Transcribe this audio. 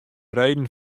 reden